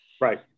Right